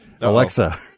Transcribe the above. Alexa